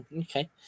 Okay